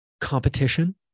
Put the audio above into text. competition